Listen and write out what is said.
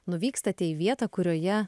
nuvykstate į vietą kurioje